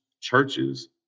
churches